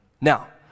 Now